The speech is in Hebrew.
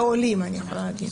בין העולים אני יכולה להגיד.